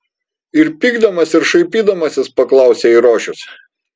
ir pykdamas ir šaipydamasis paklausė eirošius